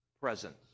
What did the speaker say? presence